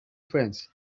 friends